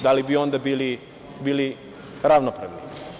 Da li bi onda bili ravnopravni?